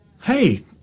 Hey